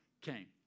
came